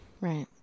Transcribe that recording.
Right